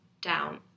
down